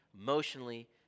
emotionally